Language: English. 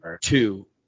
two